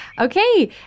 Okay